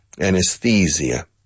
Anesthesia